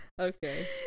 Okay